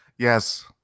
Yes